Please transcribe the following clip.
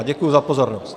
Děkuji za pozornost.